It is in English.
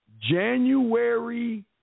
January